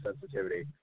sensitivity